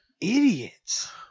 idiots